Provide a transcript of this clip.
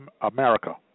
America